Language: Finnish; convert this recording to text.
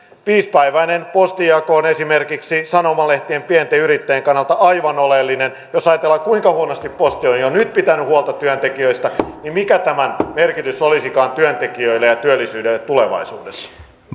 viisipäiväinen postinjako on esimerkiksi sanomalehtien pienten yrittäjien kannalta aivan oleellinen jos ajatellaan kuinka huonosti posti on jo nyt pitänyt huolta työntekijöistä niin mikä tämän merkitys olisikaan työntekijöille ja työllisyydelle tulevaisuudessa